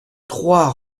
trois